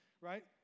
right